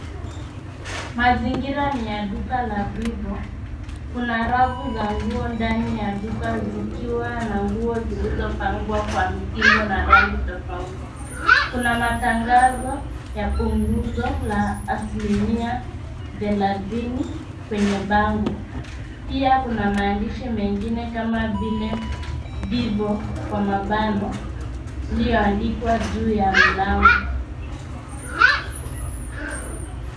Mazingira ni ya duka la Vivo. Kuna rafu za nguo ndani ya duka zikiwa na nguo zilizo pangwa kwa mtindo na rangi tofauti. Kuna matangazo ya upunzo ya asilimia therathini kwenye bango, pia kuna maandishi mengine kama vile Vivo kwa mapano iliyoandikwa juu ya mlango.